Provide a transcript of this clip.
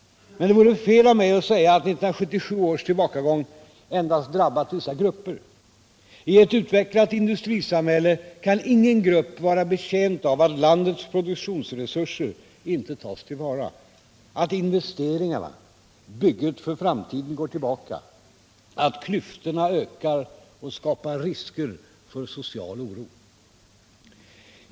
Men det vore fel av mig att säga att 1977 års tillbakagång endast drabbat vissa grupper. I ett utvecklat industrisamhälle kan ingen grupp vara betjänt av att landets produktionsresurser inte tas till vara, att investeringarna, bygget för framtiden, går tillbaka, att klyftorna ökar och skapar risker för social Oro.